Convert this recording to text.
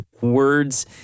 words